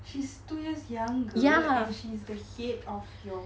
she's two years younger and she's the head of your